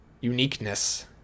uniqueness